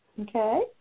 Okay